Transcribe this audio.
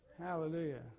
Hallelujah